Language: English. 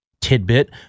tidbit